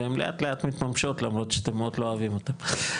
והם לאט-לאט מתממשות למרות שאתם עוד לא אוהבים אותה.